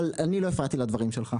אבל אני לא הפרעתי לדברים שלך.